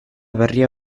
berria